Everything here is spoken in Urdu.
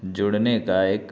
جڑنے کا ایک